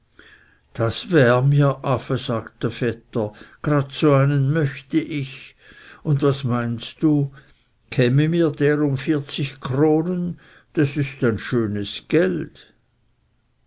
das wär mir afe sagte der vetter grad so einen möchte ich und was meinst du käme mir der um vierzig kronen das ist ein schönes geld